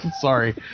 Sorry